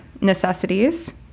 necessities